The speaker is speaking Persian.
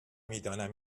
میدانم